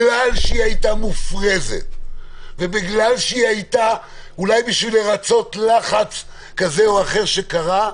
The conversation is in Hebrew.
שההצעה הייתה מופרזת ובגלל שהיא הייתה בשביל לרצות לחץ שהופעל,